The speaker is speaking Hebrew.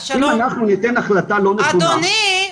אדוני,